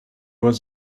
was